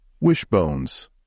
Wishbones